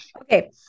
Okay